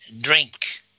drink